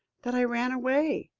that i ran away.